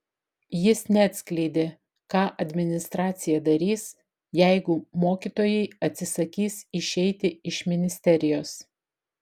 jis neatskleidė ką administracija darys jeigu mokytojai atsisakys išeiti iš ministerijos